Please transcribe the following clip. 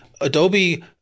Adobe